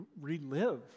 relive